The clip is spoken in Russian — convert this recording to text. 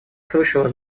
слышала